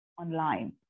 online